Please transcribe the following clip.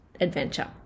adventure